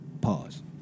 Pause